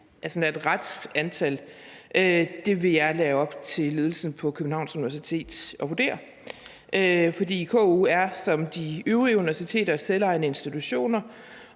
eller rette antal, vil jeg lade være op til ledelsen på Københavns Universitet at vurdere, for KU er som de øvrige universiteter selvejende institutioner,